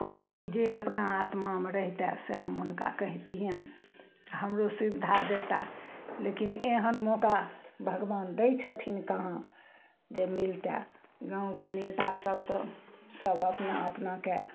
कोनो चीज जे अपना हाथमे रहितए से हम हुनका कहितियनि हमरो सुविधा देता लेकिन एहन मौका भगवान दै छथिन कहाँ जे मिलितए गाँवके नेता सभ तऽ सभ अपना अपनाके